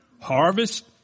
Harvest